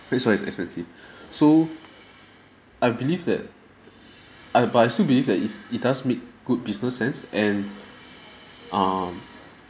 that's why it's expensive so I believe that I but I still believe that it's it does make good business sense and um